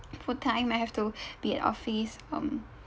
full time I have to be at office um